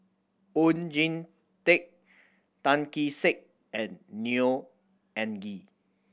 Oon Jin Teik Tan Kee Sek and Neo Anngee